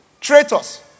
traitors